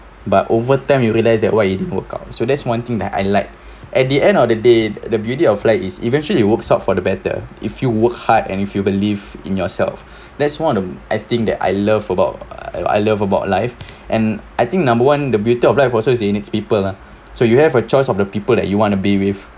but over time you realise that what you do work out so that's one thing that I like at the end of the day the beauty of life is eventually it works out for the better if you work hard and if you believe in yourself that's one of the I think that I love about uh I love about life and I think number one the beauty of life also is in its people ah so you have a choice of the people that you want to be with